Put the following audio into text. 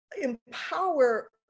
empower